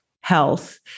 health